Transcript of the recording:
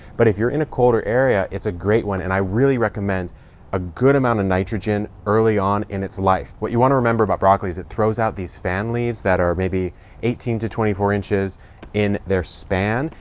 but if you're in a colder area, it's a great one. and i really recommend a good amount of nitrogen early on in its life. what you want to remember about broccoli is it throws out these fan leaves that are maybe eighteen to twenty four inches in their span.